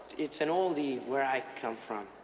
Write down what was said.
it's an oldie where i come from.